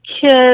kids